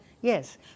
Yes